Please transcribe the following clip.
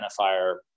identifier